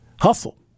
Hustle